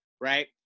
right